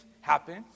happen